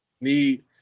need